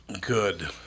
Good